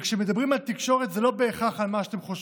וכשמדברים על תקשורת זה לא בהכרח מה שאתם חושבים.